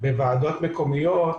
בוועדות מקומיות,